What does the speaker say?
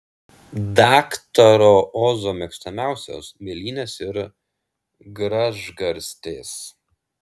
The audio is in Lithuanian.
daktaro ozo mėgstamiausios mėlynės ir gražgarstės